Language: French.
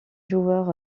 joueur